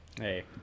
Hey